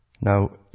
Now